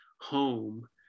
home